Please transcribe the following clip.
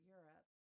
Europe